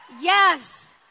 Yes